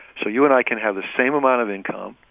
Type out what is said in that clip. so you and i can have the same amount of income